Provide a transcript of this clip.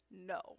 no